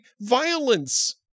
violence